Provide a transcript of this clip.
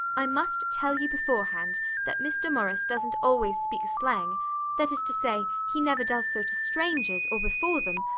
i must tell you beforehand that mr. morris doesn't always speak slang that is to say, he never does so to strangers or before them,